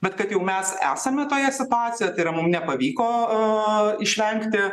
bet kad jau mes esame toje situacijoje tai yra mum nepavyko aa išvengti